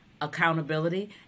accountability